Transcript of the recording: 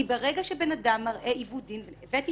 כי ברגע שבן אדם מראה עיוות דין הבאתי